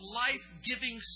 life-giving